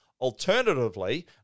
Alternatively